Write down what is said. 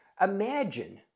Imagine